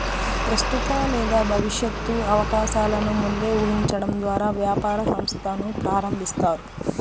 ప్రస్తుత లేదా భవిష్యత్తు అవకాశాలను ముందే ఊహించడం ద్వారా వ్యాపార సంస్థను ప్రారంభిస్తారు